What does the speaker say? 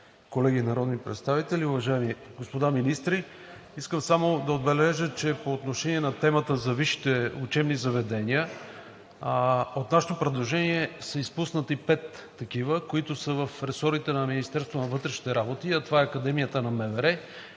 колеги народни представители, уважаеми господа министри! Искам само да отбележа, че по отношение на темата за висшите учебни заведения от нашето предложение са изпуснати пет такива, които са в ресорите на Министерството на вътрешните работи, а това е Академията на МВР,